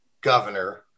governor